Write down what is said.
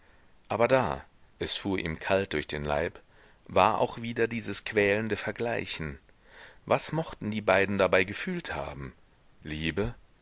aber da es fuhr ihm kalt durch den leib war auch wieder dieses quälende vergleichen was mochten die beiden dabei gefühlt haben liebe